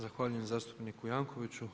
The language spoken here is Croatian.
Zahvaljujem zastupniku Jankovicsu.